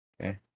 Okay